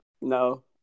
No